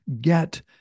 get